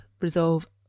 resolve